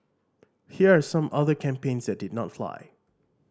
here are some other campaigns that did not fly